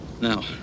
Now